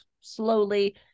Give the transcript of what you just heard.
slowly